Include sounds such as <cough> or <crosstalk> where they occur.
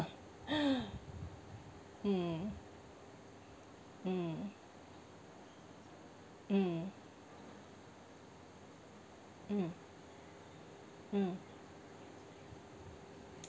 <laughs> mm mm mm mm mm